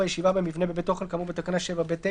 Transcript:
הישיבה במבנה בבית אוכל כאמור בתקנה 7(ב)(9)